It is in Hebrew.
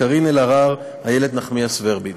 קארין אלהרר ואיילת נחמיאס ורבין.